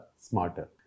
smarter